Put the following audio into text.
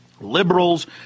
liberals